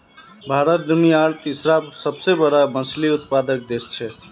भारत दुनियार तीसरा सबसे बड़ा मछली उत्पादक देश छे